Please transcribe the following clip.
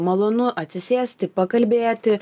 malonu atsisėsti pakalbėti